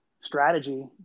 strategy